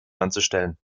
anzustellen